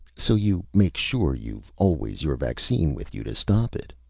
so you make sure you've always your vaccine with you to stop it?